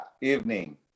evening